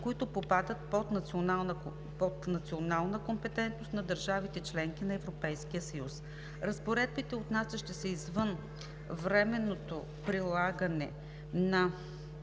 които попадат под национална компетентност на държавите – членки на Европейския съюз. Разпоредбите, оставащи извън временното прилагане на